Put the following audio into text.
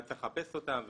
היה צריך לחפש אותם וכו',